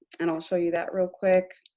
and i'll show you that real quick.